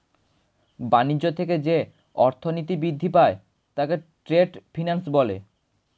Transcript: বাণিজ্য থেকে যে অর্থনীতি বৃদ্ধি পায় তাকে ট্রেড ফিন্যান্স বলে